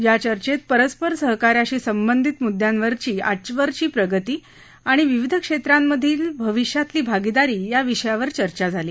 या चर्येत परस्पर सहकार्याशी संबंधित मुद्यांवरची आजवरची प्रगती आणि विविध क्षेत्रांमधली भविष्यातली भागिदारी या विषयांवर चर्चा झाली